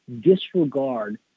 disregard